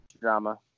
Drama